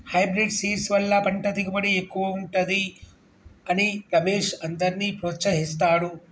hybrid seeds వల్ల పంట దిగుబడి ఎక్కువుంటది అని రమేష్ అందర్నీ ప్రోత్సహిస్తాడు